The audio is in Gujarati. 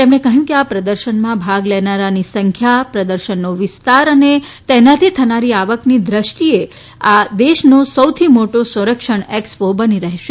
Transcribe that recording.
તેમણે કહ્યું કે આ પ્રદર્શનમાં ભાગ લેનારાની સંખ્યા પ્રદર્શનનો વિસ્તાર અને તેનાથી થનારી આવકની દ્રષ્ટિએ એ આ દેશનો સૌથી મોટો સંરક્ષણ એક્સ્પો બની રહેશે